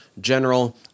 general